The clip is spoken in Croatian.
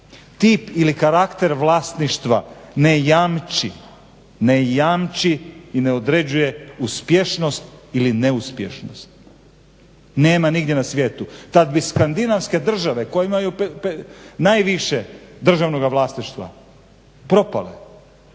Tip ili karakter vlasništva ne jamči, ne jamči i ne određuje uspješnost ili neuspješnost. Nema nigdje na svijetu. Tad bi skandinavske države koje imaju najviše državnoga vlasništva propale